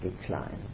decline